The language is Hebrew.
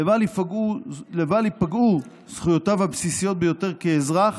לבל ייפגעו זכויותיו הבסיסיות ביותר כאזרח